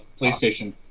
PlayStation